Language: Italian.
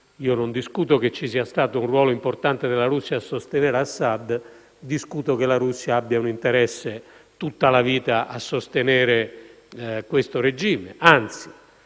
io non discuto che ci sia stato un ruolo importante della Russia nel sostenere Assad, ma discuto che la Russia abbia un interesse a sostenere questo regime per